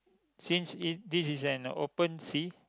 since it this is an open sea